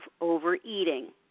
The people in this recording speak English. overeating